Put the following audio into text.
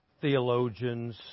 theologians